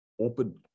open